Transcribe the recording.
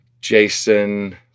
Jason